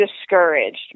discouraged